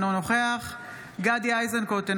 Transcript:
אינו נוכח גדי איזנקוט,